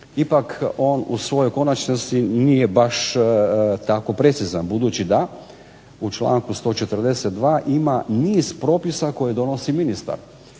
Ipak on u svojoj konačnici nije baš tako precizan, budući da u članku 142. ima niz propisa koje donosi ministar.